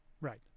Right